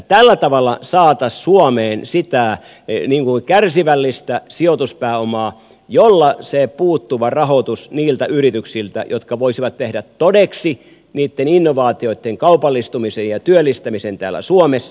tällä tavalla saataisiin suomeen sitä kärsivällistä sijoituspääomaa jolla saadaan se puuttuva rahoitus niille yrityksille jotka voisivat tehdä todeksi niitten innovaatioitten kaupallistumisen ja työllistämisen täällä suomessa